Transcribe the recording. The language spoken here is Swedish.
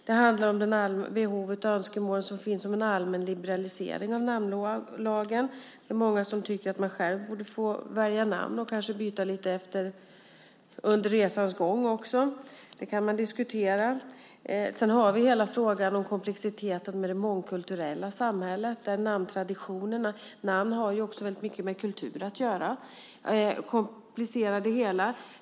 Det handlar om behov och önskemål som finns om en allmän liberalisering av namnlagen. Det är många som tycker att man själv borde få välja namn och kanske byta under resans gång. Det kan vi diskutera. Sedan har vi hela frågan om komplexiteten i det mångkulturella samhället - namntraditionerna. Namn har också mycket med kultur att göra, vilket komplicerar det hela.